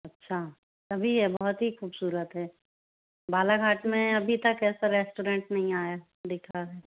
अच्छा तभी ये बहुत ही खूबसूरत है बालाघाट में अभी तक ऐसा रेस्टोरेंट नहीं आया दिखा